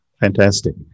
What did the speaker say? Fantastic